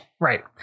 Right